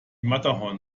matterhorn